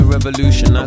revolution